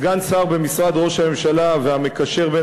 לסגן שר במשרד ראש הממשלה והמקשר בין